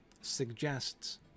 suggests